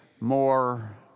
More